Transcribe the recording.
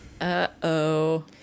Uh-oh